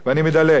ואמרת